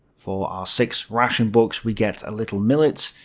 for our six ration books we get a little millet,